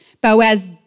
Boaz